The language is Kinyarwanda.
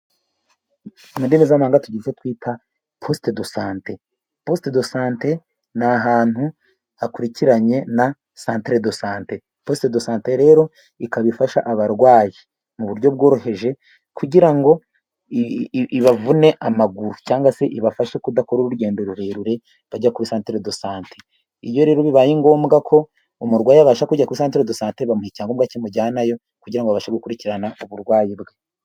Mu ndimi z'amahanga tugira icyo twita positedesante, positedesante ni ahantu hakurikiranye na santerede sante, positedesante rero ikaba ifasha abarwayi mu buryo bworoheje ,kugira ngo ibavune amaguru, cyangwa se ibafashe kudakora urugendo rurerure bajya kuri santeredesante, iyo rero bibaye ngombwa ko umurwayi yabasha kujya kuri santeredesante, bamuha icyangombwa kimujyanayo, kugira ngo babashe gukurikirana uburwayi bwe.